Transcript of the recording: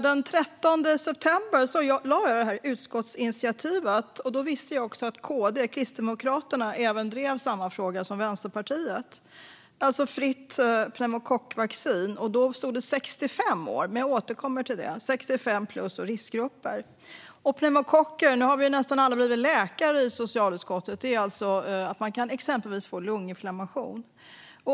Den 13 september lade jag ett utskottsinitiativ. Då visste jag att KD drev samma fråga som Vänsterpartiet, alltså fritt pneumokockvaccin. Då stod det till 65-plus och riskgrupper, men jag återkommer till det. Nu har vi nästan alla i socialutskottet blivit läkare. Pneumokocker är alltså bakterier som exempelvis kan ge lunginflammation.